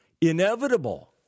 inevitable